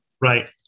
Right